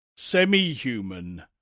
semi-human